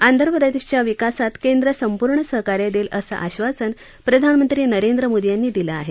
आंध्र प्रदेशच्या विकासात केंद्र संपूर्ण सहकार्य देईल असं आधासन प्रधानमंत्री नरेंद्र मोदी यांनी दिलं आहे